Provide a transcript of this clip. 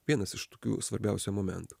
vienas iš tokių svarbiausių momentų